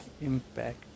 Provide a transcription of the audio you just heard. impact